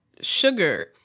sugar